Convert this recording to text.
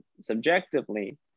subjectively